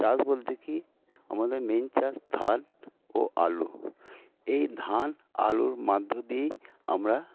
চাষ বলতে কি আমাদের মেন চাষ ধান ও আলু এই ধান আলুর মধ্য দিয়েই আমরা